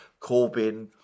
Corbyn